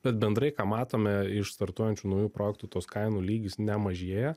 bet bendrai ką matome iš startuojančių naujų projektų tos kainų lygis nemažėja